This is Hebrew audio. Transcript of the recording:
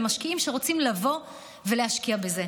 למשקיעים שרוצים לבוא ולהשקיע בזה.